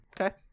Okay